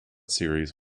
series